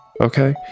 Okay